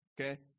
Okay